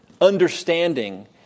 understanding